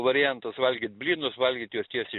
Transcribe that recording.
variantas valgyt blynus valgyt juos tiesiai